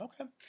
Okay